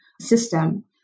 system